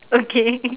okay